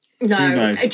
No